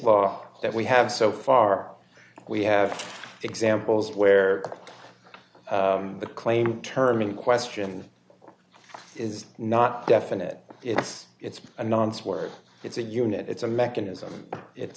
law that we have so far we have examples where the claim term in question is not definite yes it's a non swerd it's a unit it's a mechanism it's